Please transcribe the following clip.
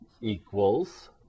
equals